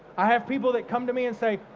i have people that come to me and say,